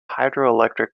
hydroelectric